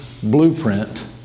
blueprint